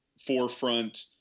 forefront